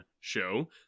Show